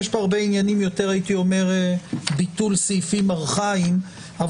יש פה הרבה עניינים כמו ביטול סעיפים ארכאיים אבל